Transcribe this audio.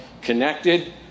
connected